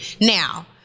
Now